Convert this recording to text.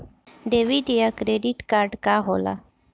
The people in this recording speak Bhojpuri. डेबिट या क्रेडिट कार्ड का होला?